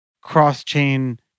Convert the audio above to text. cross-chain